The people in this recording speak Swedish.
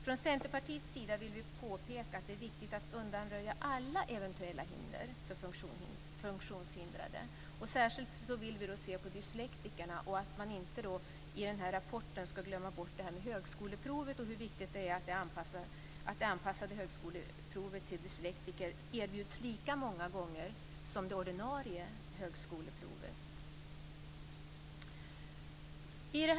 Från Centerpartiets sida vill vi påpeka att det är viktigt att undanröja alla eventuella hinder för funktionshindrade. Särskilt vill vi se på dyslektikerna. Man ska inte glömma bort hur viktigt det är att högskoleprovet anpassas till dyslektiker och erbjuds lika många gånger som de ordinarie högskoleproven.